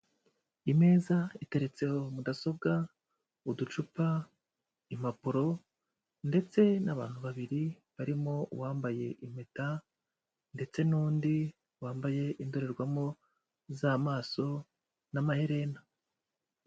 Imeza iteretseho mudasobwa, uducupa, impapuro ndetse n'abantu babiri, barimo uwambaye impeta ndetse n'undi wambaye indorerwamo z'amaso n'amaherena.